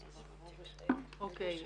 אוקיי.